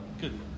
Good